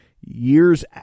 years